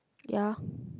ya